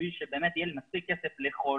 בשביל שבאמת יהיה לי מספיק כסף לאכול,